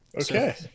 Okay